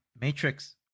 matrix